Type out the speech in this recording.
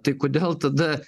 tai kodėl tada